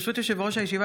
ברשות יושב-ראש הישיבה,